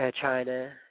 China